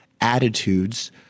attitudes